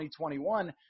2021